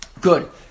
Good